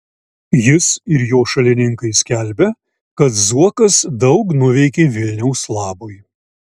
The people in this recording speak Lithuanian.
jis ir jo šalininkai skelbia kad zuokas daug nuveikė vilniaus labui